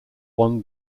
one